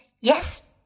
Yes